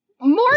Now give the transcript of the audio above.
More